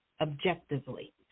objectively